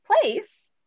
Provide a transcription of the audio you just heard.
place